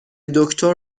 دکتر